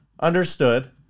Understood